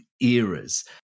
eras